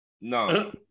No